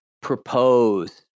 propose